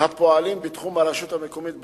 הפועלים בתחום הרשות המקומית בנושא,